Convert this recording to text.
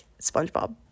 Spongebob